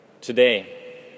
today